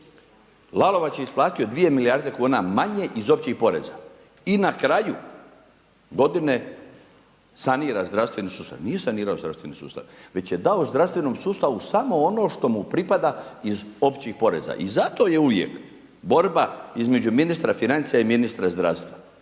Lalovac je isplatio 2 milijarde kuna manje iz općih poreza. I na kraju godine sanira zdravstveni sustav. Nije sanirao zdravstveni sustav već je dao zdravstvenom sustavu samo ono što mu pripada iz općih poreza. I zato je uvijek borba između ministra financija i ministra zdravstva.